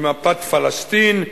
ממפת פלסטין,